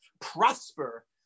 prosper